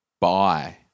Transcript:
buy